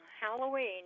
Halloween